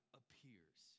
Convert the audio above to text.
appears